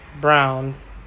Browns